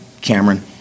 Cameron